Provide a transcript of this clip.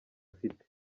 afite